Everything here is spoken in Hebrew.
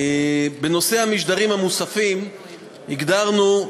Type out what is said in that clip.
בנושא המשדרים המוספים הגדרנו,